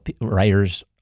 writers